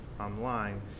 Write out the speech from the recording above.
online